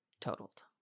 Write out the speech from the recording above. totaled